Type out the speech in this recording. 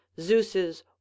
zeus's